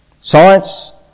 science